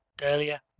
earlier